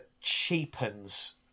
cheapens